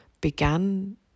began